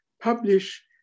publish